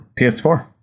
PS4